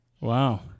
Wow